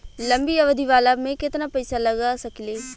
लंबी अवधि वाला में केतना पइसा लगा सकिले?